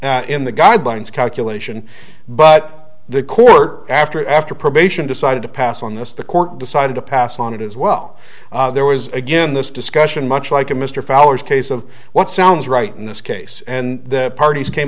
difference in the guidelines calculation but the court after after probation decided to pass on this the court decided to pass on it as well there was again this discussion much like a mr fowler's case of what sounds right in this case and the parties came